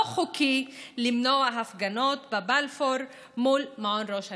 חוקי למנוע הפגנות בבלפור מול מעון ראש הממשלה.